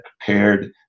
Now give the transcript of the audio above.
prepared